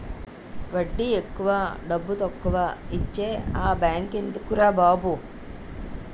వడ్డీ ఎక్కువ డబ్బుతక్కువా ఇచ్చే ఆ బేంకెందుకురా బాబు